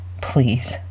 Please